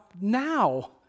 now